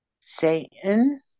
Satan